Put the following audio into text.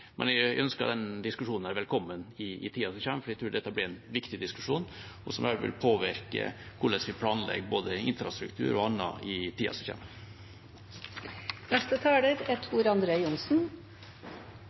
Men jeg ønsker denne diskusjonen velkommen i tida som kommer, for jeg tror dette blir en viktig diskusjon som også vil påvirke hvordan vi planlegger både infrastruktur og annet. Selv om SV er et av de partiene som